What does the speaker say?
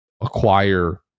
acquire